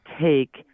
take